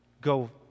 go